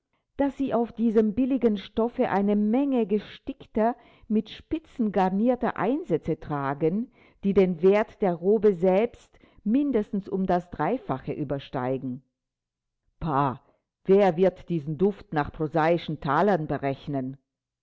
daß sie auf diesem billigen stoffe eine menge gestickter mit spitzen garnierter einsätze tragen die den wert der robe selbst mindestens um das dreifache übersteigen bah wer wird diesen duft nach prosaischen thalern berechnen